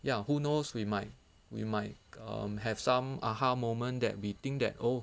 ya who knows we might we might have um some ah ha moment that we think that oh